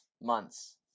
months